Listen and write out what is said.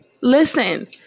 listen